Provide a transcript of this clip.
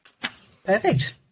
Perfect